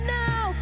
now